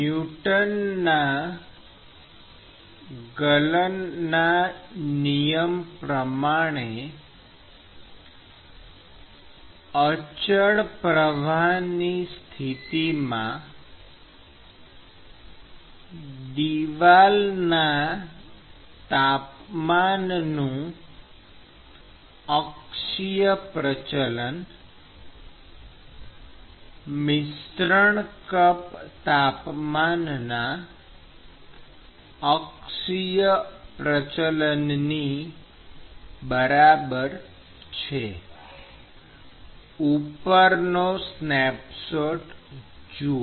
ન્યુટનના ગલનના નિયમ Newton's law of cooling પ્રમાણે અચળ પ્રવાહની સ્થિતિમાં દિવાલના તાપમાનનું અક્ષીય પ્રચલન મિશ્રણ કપ તાપમાનના અક્ષીય પ્રચલનની બરાબર છે ઉપરનો સ્નેપશોટ જુઓ